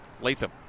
Latham